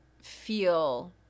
feel